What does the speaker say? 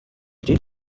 did